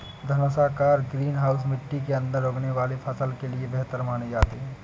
धनुषाकार greenhouse मिट्टी के अंदर उगने वाले फसल के लिए बेहतर माने जाते हैं